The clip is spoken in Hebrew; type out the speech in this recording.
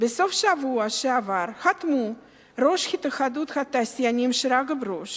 בסוף השבוע שעבר חתמו ראש התאחדות התעשיינים שרגא ברוש